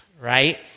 right